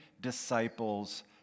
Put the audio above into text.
disciples